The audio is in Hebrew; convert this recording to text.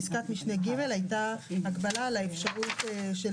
פסקת משנה (ג) היתה הגבלה על האפשרות של